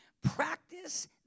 practice